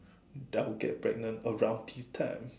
doubt I'll get pregnant around this time